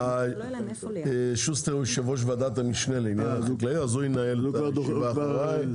--- שוסטר ינהל את הישיבה אחריי.